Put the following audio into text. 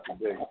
today